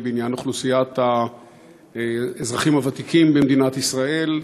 בעניין אוכלוסיית האזרחים הוותיקים במדינת ישראל.